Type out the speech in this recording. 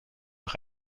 noch